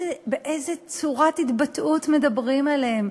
באיזה צורת התבטאות מדברים עליהם,